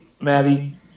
Maddie